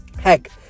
Heck